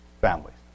Families